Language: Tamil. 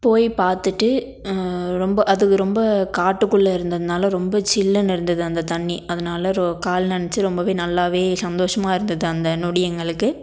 போய் பார்த்துட்டு ரொம்ப அது ரொம்ப காட்டுக்குள்ளே இருந்தனால் ரொம்ப சில்லுன்னு இருந்தது அந்த தண்ணி அதனால ரொ கால் நினச்சு ரொம்பவே நல்லாவே சந்தோஷமாக இருந்தது அந்த நொடி எங்களுக்கு